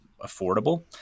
affordable